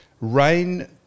Rain